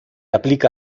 aplica